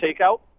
takeout